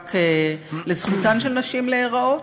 מאבק לזכותן של נשים להיראות,